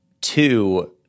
two